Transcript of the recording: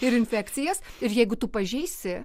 ir infekcijas ir jeigu tu pažeisi